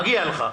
מגיע לך.